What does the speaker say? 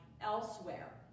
elsewhere